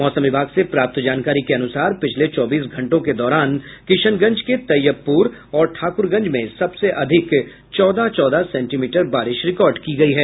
मौसम विभाग से प्राप्त जानकारी के अनुसार पिछले चौबीस घंटों के दौरान किशनगंज के तैयबपुर और ठाकुरगंज में सबसे अधिक चौदह चौदह सेंटीमीटर बारिश रिकार्ड की गई है